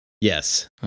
Yes